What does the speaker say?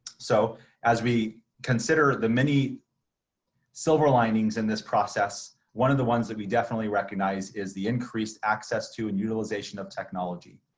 so as we consider the many silver linings in this process, one of the ones that we definitely recognize is the increased access to and utilization of technology.